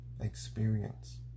experience